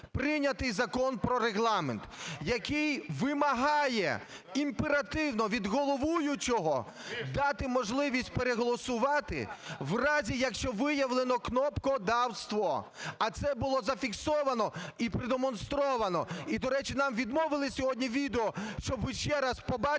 прийнятий Закон про Регламент, який вимагає імперативно від головуючого дати можливість переголосувати в разі, якщо виявлено кнопкодавство. А це було зафіксовано і продемонстровано. І, до речі, нам відмовили сьогодні в відео, щоби ще раз побачили,